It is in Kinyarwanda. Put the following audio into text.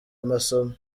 amasomo